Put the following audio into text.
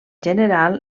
general